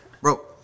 bro